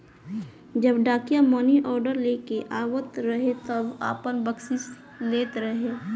जब डाकिया मानीऑर्डर लेके आवत रहे तब आपन बकसीस लेत रहे